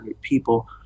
people